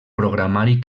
programari